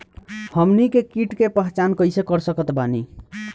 हमनी के कीट के पहचान कइसे कर सकत बानी?